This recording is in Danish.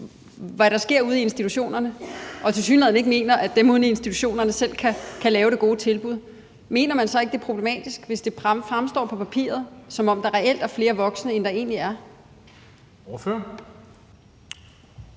hvad der sker ude i institutionerne, og tilsyneladende ikke mener, at dem ude i institutionerne selv kan lave det gode tilbud, mener man så ikke, at det er problematisk, hvis det på papiret fremstår, som om der reelt er flere voksne, end der egentlig er? Kl.